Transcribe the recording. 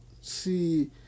see